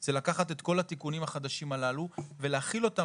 זה לקחת את כל התיקונים החדשים הללו ולהחיל אותם